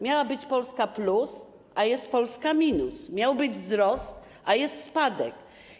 Miała być „Polska+”, a jest „Polska-”, miał być wzrost, a jest spadek.